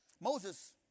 Moses